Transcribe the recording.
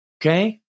Okay